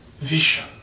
vision